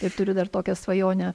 ir turiu dar tokią svajonę